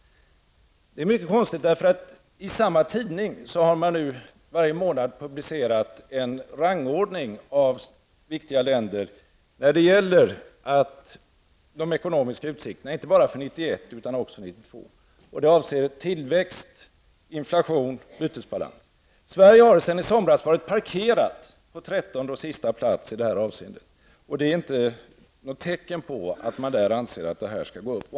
Det är mycket konstigt, eftersom man i samma tidning varje månad har publicerat en rangordning av viktiga länder när det gäller de ekonomiska utsikterna för 1991 och även för 1992. Rangordningen avser tillväxt, inflation och bytesbalans. Sverige har sedan i somras varit parkerat på trettonde och sista plats i detta avseende. Detta är inte något tecken på att man på tidningen anser att det skall gå uppåt.